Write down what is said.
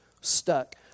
stuck